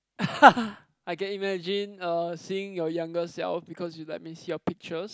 I can imagine uh seeing your younger self because you let me see your pictures